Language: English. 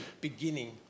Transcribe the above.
beginning